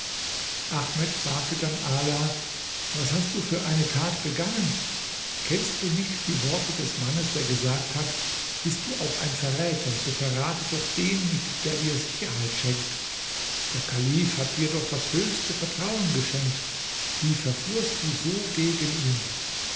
ahmed fragte dann ala was hast du da für eine tat begangen kennst du nicht die worte des mannes der gesagt hat bist du auch ein verräter so verrate doch den nicht der dir sicherheit schenkt der kalif hat dir doch das höchste vertrauen geschenkt wie verfuhrst du so gegen ihn